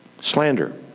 Slander